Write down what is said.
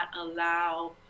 allow